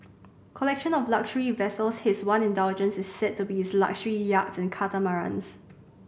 collection of luxury vessels his one indulgence is said to be his luxury yachts and catamarans